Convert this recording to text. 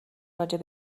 راجع